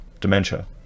dementia